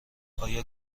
آیا